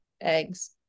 eggs